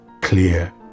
clear